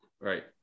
Right